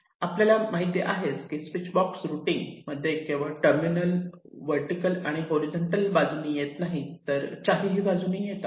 आपल्याला माहिती आहेस की स्विच बॉक्स रुटींग मध्ये टर्मिनल केवळ वर्टीकल आणि हॉरीझॉन्टल बाजूंनी येत नाही तर चारीही बाजूंनी येतात